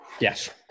yes